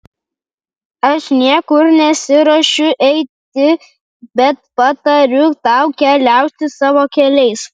aš niekur nesiruošiu eiti bet patariu tau keliauti savo keliais